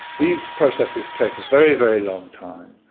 these processes take a very, very long time.